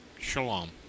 shalom